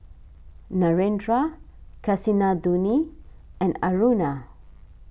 Narendra Kasinadhuni and Aruna